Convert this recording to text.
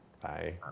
Bye